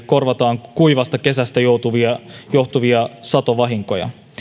korvataan kuivasta kesästä johtuvia johtuvia satovahinkoja